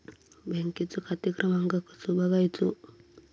बँकेचो खाते क्रमांक कसो बगायचो?